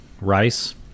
rice